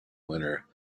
winner